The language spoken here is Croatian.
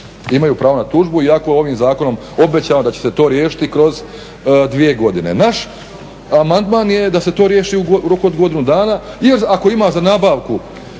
imaju pravo na tužbu, iako je ovim zakonom obećano da će se to riješiti kroz dvije godine. Naš amandman je da se to riješi u roku od godinu dana jer ako ima za nabavku